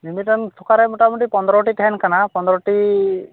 ᱢᱤ ᱢᱤᱫᱴᱟᱝ ᱛᱷᱚᱠᱟᱨᱮ ᱢᱚᱴᱟᱢᱩᱴᱤ ᱯᱚᱸᱫᱽᱨᱚᱴᱤ ᱛᱟᱦᱮᱱ ᱠᱟᱱᱟ ᱯᱚᱸᱫᱽᱨᱚᱴᱤ